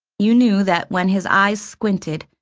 you knew that when his eyes squinted,